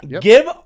Give